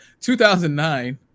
2009